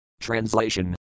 Translation